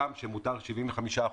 הגם שמותר 75%,